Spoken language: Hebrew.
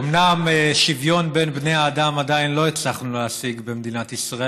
אומנם שוויון בין בני האדם עדיין לא הצלחנו להשיג במדינת ישראל,